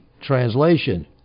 translation